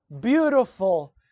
beautiful